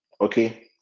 Okay